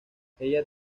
ella